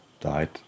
died